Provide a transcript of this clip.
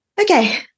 Okay